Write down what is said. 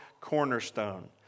cornerstone